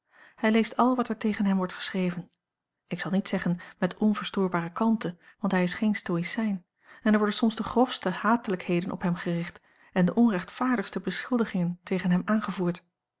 hij leest al wat er tegen hem wordt geschreven ik zal niet zeggen met onverstoorbare kalmte want hij is geen stoïcijn en er worden soms de grofste hatelijkheden op hem gericht en de onrechtvaardigste beschuldigingen tegen hem aangevoerd